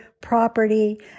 property